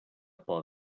por